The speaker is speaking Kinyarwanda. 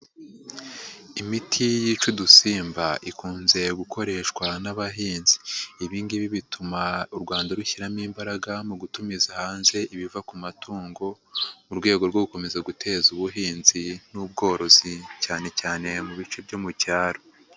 Imiti yica udusimba ikunze gukoreshwa n'abahinzi. Ibingibi bituma u rwanda rushyiramo imbaraga mu gutumiza hanze ibiva ku matungo, mu rwego rwo gukomeza guteza ubuhinzi n'ubworozi, cyane cyane mu bice byo mu cyaro.